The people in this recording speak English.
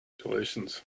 Congratulations